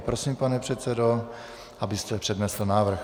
Prosím, pane předsedo, abyste přednesl návrh.